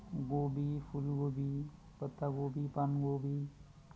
गोबी फूलगोबी पत्तागोबी पानगोबी